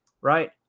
right